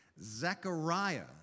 Zechariah